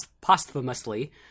posthumously